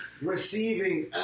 receiving